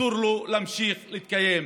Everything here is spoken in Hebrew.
אסור לו להמשיך להתקיים.